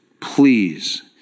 please